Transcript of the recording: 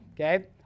okay